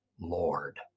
Lord